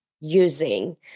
using